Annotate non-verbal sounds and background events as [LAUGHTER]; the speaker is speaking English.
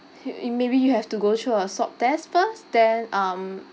[NOISE] maybe you have to go through a swab test first then um